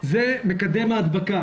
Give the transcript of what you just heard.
מוצג מקדם ההדבקה.